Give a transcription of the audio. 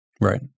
Right